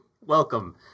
Welcome